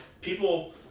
People